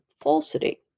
falsity